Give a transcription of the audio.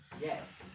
yes